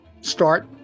start